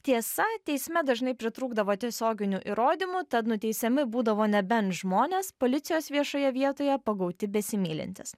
tiesa teisme dažnai pritrūkdavo tiesioginių įrodymų tad nuteisiami būdavo nebent žmonės policijos viešoje vietoje pagauti besimylintys